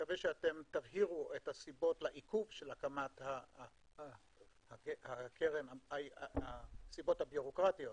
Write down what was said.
מקווה שתבהירו את הסיבות לעיכוב הקמת הקרן הסיבות הבירוקרטיות